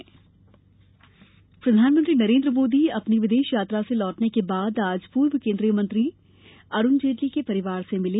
PM Jaitley प्रधानमंत्री नरेन्द्र मोदी अपनी विदेश यात्रा से लौटने के बाद आज पूर्व केन्द्रीय मंत्री अरूण जेटली के परिवार से मिले